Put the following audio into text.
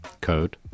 code